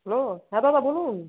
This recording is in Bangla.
হ্যালো হ্যাঁ দাদা বলুন